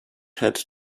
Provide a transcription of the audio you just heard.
had